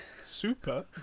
Super